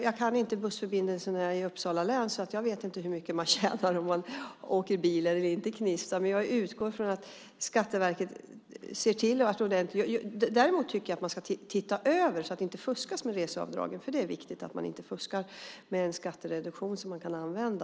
Jag kan inte bussförbindelserna i Uppsala län, så jag vet inte hur mycket man tjänar om man åker bil till och från Knivsta, men jag utgår från att Skatteverket ser till att detta sker på ett ordentligt sätt. Däremot tycker jag att man ska titta över detta, så att det inte fuskas med reseavdragen. Det är viktigt att man inte fuskar med en skattereduktion som man kan använda.